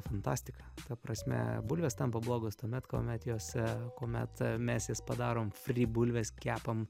fantastika ta prasme bulvės tampa blogos tuomet kuomet juose kuomet mes jas padarom fri bulves kepam